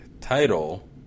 title